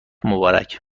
مبارک